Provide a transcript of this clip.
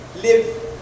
live